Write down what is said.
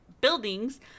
buildings